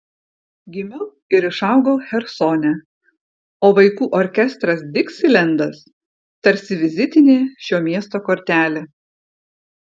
gimiau ir išaugau chersone o vaikų orkestras diksilendas tarsi vizitinė šio miesto kortelė